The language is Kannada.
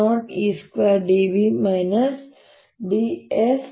dWdt B220dV 120E2dV dV 10